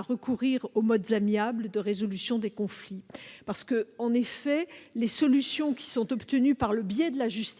recourir aux modes amiables de résolution des conflits. En effet, les solutions obtenues par le biais de la justice